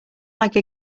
like